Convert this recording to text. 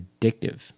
addictive